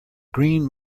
green